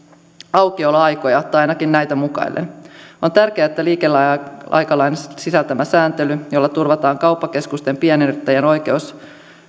aukioloaikoja ainakin näitä mukaillen on tärkeää että liikeaikalain sisältämä sääntely jolla turvataan kauppakeskusten pienyrittäjien oikeus